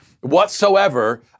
whatsoever